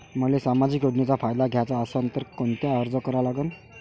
मले सामाजिक योजनेचा फायदा घ्याचा असन त कोनता अर्ज करा लागन?